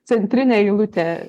centrinė eilutė